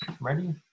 Ready